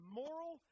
moral